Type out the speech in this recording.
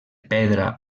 pedra